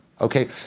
Okay